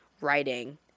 writing